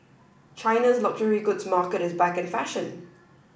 China's luxury goods market is back in fashion